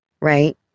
right